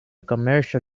commercial